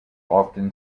often